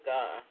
God